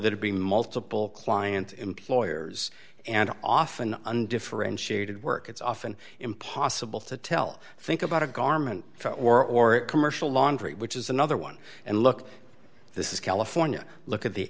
to be multiple client employers and often undifferentiated work it's often impossible to tell think about a garment or commercial laundry which is another one and look this is california look at the